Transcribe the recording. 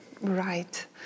Right